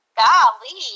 golly